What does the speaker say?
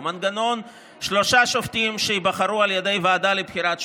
מנגנון של שלושה שופטים שייבחרו על ידי ועדה לבחירת שופטים,